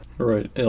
Right